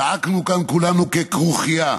צעקנו כאן כולנו ככרוכיה.